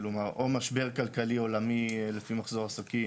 כלומר או משבר כלכלי עולמי לפי מחזור עסקים